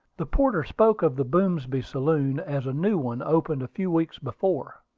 the porter spoke of the boomsby saloon as a new one opened a few weeks before.